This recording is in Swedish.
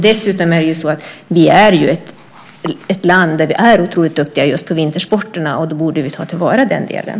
Dessutom är Sverige ett land där vi är otroligt duktiga just på vintersporterna, och då borde vi ta till vara den delen.